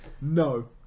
No